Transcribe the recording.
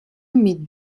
mit